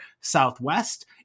Southwest